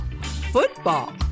football